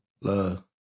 Love